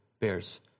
bears